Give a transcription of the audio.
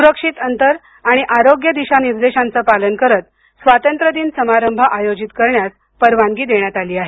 सुरक्षित अंतर आणि आरोग्य दिशानिर्देशांचं पालन करत स्वतंत्र्यदिन समारंभ आयोजित करण्यास परवानगी देण्यात आली आहे